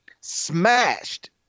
smashed